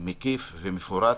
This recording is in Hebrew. מקיף ומפורט.